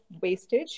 wastage